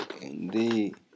Indeed